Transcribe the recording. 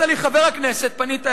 "חבר הכנסת," פנית אלי,